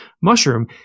mushroom